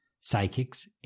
psychics